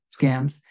scams